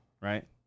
right